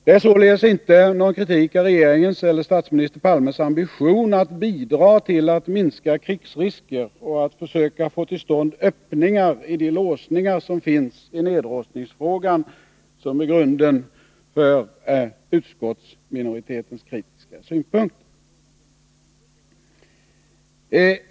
Det är således inte någon kritik av regeringens och statsminister Palmes ambitioner att bidra till att minska krigsrisker och att försöka få till stånd öppningar i de låsningar som finns i nedrustningsfrågan som är grunden för utskottsminoritetens kritiska synpunkter.